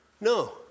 No